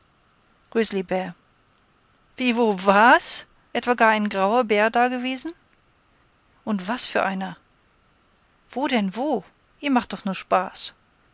wie wo waaaaas etwa gar ein grauer bär dagewesen und was für einer wo denn wo ihr macht doch nur spaß